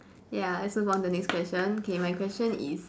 ya let's move on to the next question okay my question is